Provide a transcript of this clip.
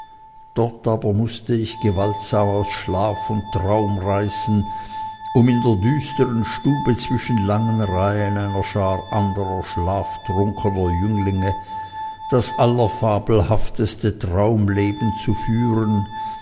dort aber mußte ich mich gewaltsam aus schlaf und traum reißen um in der düsteren stabe zwischen langen reihen einer schar anderer schlaftrunkener jünglinge das allerfabelhafteste traumleben zu führen